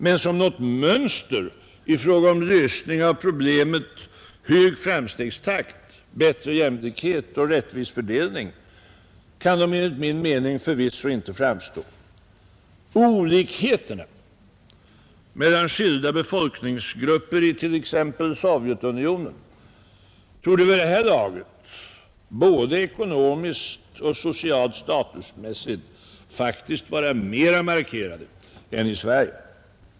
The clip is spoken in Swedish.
Men som något mönster i fråga om lösning av problemet hög framstegstakt, bättre jämlikhet och rättvis fördelning kan de enligt min mening förvisso inte framstå. Olikheterna mellan skilda befolkningsgrupper i t.ex. Sovjetunionen torde vid det här laget både ekonomiskt och socialt statusmässigt faktiskt vara mera markerade än i Sverige.